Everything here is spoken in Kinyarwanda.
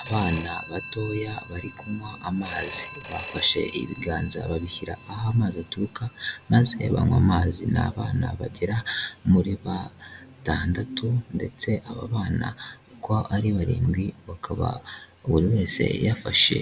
Abana batoya bari kunywa amazi bafashe ibiganza babishyira aho amazi aturuka maze banywa amazi. Nabana bagera muri batandatu ndetse aba bana uko ari barindwi bakaba buri wese yafashe